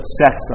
sex